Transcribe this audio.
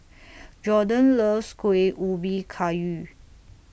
Jorden loves Kuih Ubi Kayu